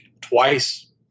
twice